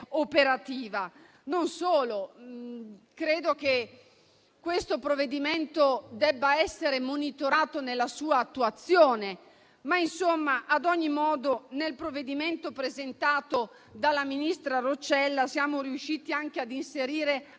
operativa. Non solo: credo che questo provvedimento debba essere monitorato nella sua attuazione. Ad ogni modo, nel provvedimento presentato dalla ministra Roccella siamo riusciti anche ad inserire